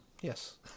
Yes